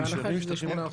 הם נשארים שטחים פתוחים.